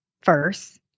first